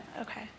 Okay